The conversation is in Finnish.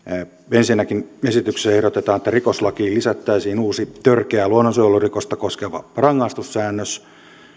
ensinnäkin esityksessä ehdotetaan että rikoslakiin lisättäisiin uusi törkeää luonnonsuojelurikosta koskeva rangaistussäännös